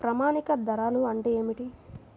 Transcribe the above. ప్రామాణిక ధరలు అంటే ఏమిటీ?